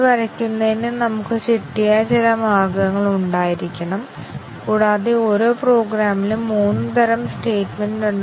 അതിനാൽ കണ്ടീഷണൽ എക്സ്പ്രെഷനിലെ ഓരോ ആറ്റോമിക് അവസ്ഥയും തീരുമാനത്തിന്റെ ഫലത്തെ സ്വതന്ത്രമായി ബാധിക്കുന്ന തരത്തിലായിരിക്കണം ടെസ്റ്റ് കേസുകൾ